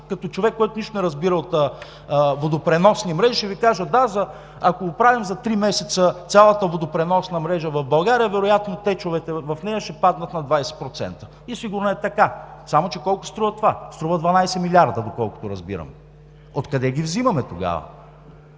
като човек, който нищо не разбира от водопреносни мрежи, ще Ви кажа: да, ако оправим за три месеца цялата водопреносна мрежа в България, вероятно течовете в нея ще паднат на 20% и сигурно е така. Само че колко струва това? Струва 12 милиарда, доколкото разбирам. Откъде ги взимаме тогава?